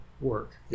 work